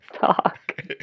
talk